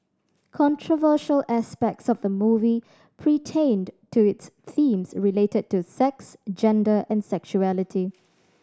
controversial aspects of the movie pertained to its themes related to sex gender and sexuality